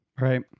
Right